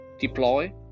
deploy